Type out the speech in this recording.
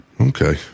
Okay